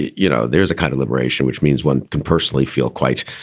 you know, there's a kind of liberation, which means one can personally feel quite